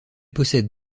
possède